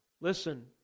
listen